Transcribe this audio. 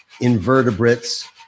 invertebrates